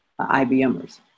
IBMers